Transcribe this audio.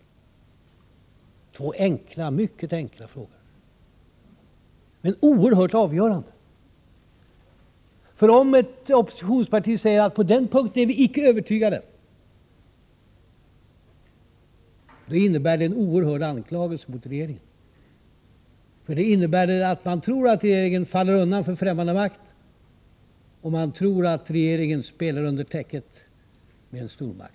Detta är två mycket enkla frågor, men oerhört avgörande, därför att om ett oppositionsparti säger att man på den punkten inte är övertygad innebär det en oerhörd anklagelse mot regeringen. Det innebär att man tror att regeringen faller undan för främmande makt, och man tror att regeringen spelar under täcket med en stormakt.